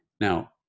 Now